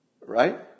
Right